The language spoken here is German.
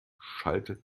schaltete